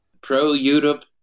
pro-Europe